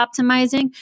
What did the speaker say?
optimizing